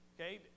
okay